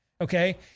okay